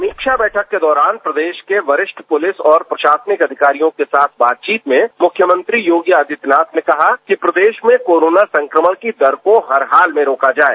समीक्षा बैठक के दौरान प्रदेश के वरिष्ठ पुलिस और प्रशासनिक अधिकारियों के साथ बातचीत में मुख्यमंत्री योगी आदित्यनाथ ने कहा कि प्रदेश में कोरोना संक्रमण की दर को हर हाल में रोका जाये